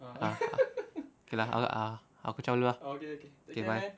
stop lah am I at taiwan taiwan at times already ah okay lah hello ah actually ah K bye